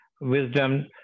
wisdom